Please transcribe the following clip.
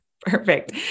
Perfect